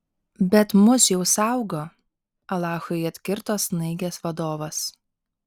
bet mus jau saugo alachui atkirto snaigės vadovas